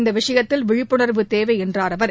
இந்த விஷயத்தில் விழிப்புணர்வு தேவை என்றார் அவர்